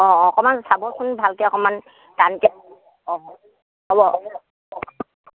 অঁ অকণমান চাবচোন ভালকৈ অকণমান টানকৈ অঁ হ'ব